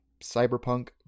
Cyberpunk